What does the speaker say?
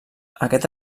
aquest